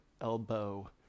elbow